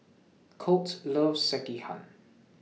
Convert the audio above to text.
Colt loves Sekihan